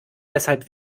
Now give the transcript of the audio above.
deshalb